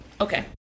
okay